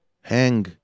hang